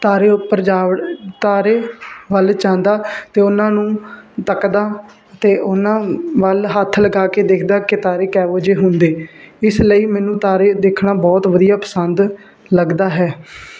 ਤਾਰੇ ਉੱਪਰ ਜਾ ਤਾਰੇ ਵੱਲ ਜਾਂਦਾ ਅਤੇ ਉਹਨਾਂ ਨੂੰ ਤੱਕਦਾ ਅਤੇ ਉਹਨਾਂ ਵੱਲ ਹੱਥ ਲਗਾ ਕੇ ਦੇਖਦਾ ਕਿ ਤਾਰੇ ਕਿਹੋ ਜਿਹੇ ਹੁੰਦੇ ਇਸ ਲਈ ਮੈਨੂੰ ਤਾਰੇ ਦੇਖਣਾ ਬਹੁਤ ਵਧੀਆ ਪਸੰਦ ਲੱਗਦਾ ਹੈ